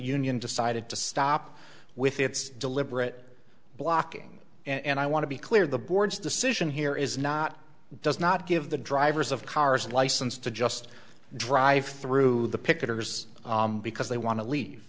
union decided to stop with its deliberate blocking and i want to be clear the board's decision here is not does not give the drivers of cars a license to just drive through the picketers because they want to leave